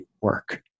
work